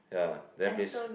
ya there place